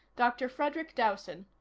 dr. frederic dowson,